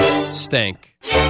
Stank